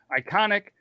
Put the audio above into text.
iconic